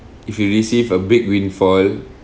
if you receive a big windfall